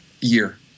year